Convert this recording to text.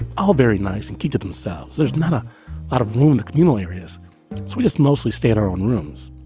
all very nice and keep to themselves. there's not a lot of law in the communal areas. we just mostly stay our own rooms.